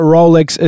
Rolex